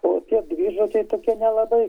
o tie dvižodžiai tokie nelabai